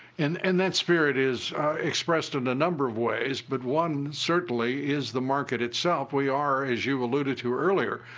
and and that spirit is expressed in a number of ways, but one certainly is the market itself. we are, as you alluded to earlier,